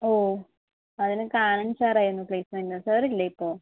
ഓ അതിനൊക്കെ ആനന്ദ് സർ ആയിരുന്നു പ്ലേസ്മെന്റിന് സർ ഇല്ലേ ഇപ്പോൾ